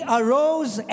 arose